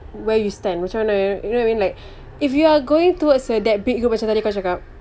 where you stand macam mana you know what I mean like if you are going towards that big group macam tadi kau cakap